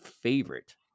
favorite